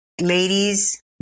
ladies